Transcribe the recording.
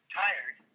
tired